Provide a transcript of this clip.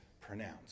pronounced